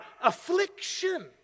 affliction